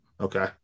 Okay